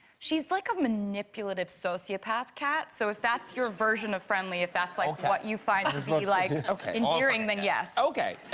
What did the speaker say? she's like a manipulative sociopath cat so if that's your version of friendly if that's like what you find this looks like. okay. i'm ah hearing then yes, okay. yeah,